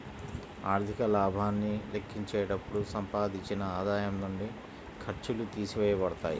ఆర్థిక లాభాన్ని లెక్కించేటప్పుడు సంపాదించిన ఆదాయం నుండి ఖర్చులు తీసివేయబడతాయి